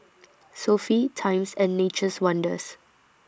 Sofy Times and Nature's Wonders